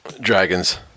Dragons